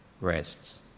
Rests